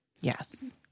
yes